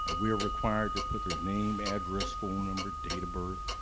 we're required to put their name, address, phone number, date of birth,